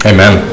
Amen